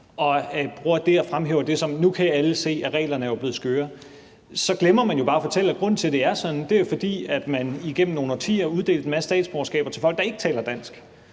og fremhæver det som, at nu kan alle se, at reglerne er blevet skøre, så glemmer man bare at fortælle, at grunden til, at det er sådan, jo er, at man igennem nogle årtier uddelte en masse statsborgerskaber til folk, der ikke taler dansk.